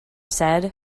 said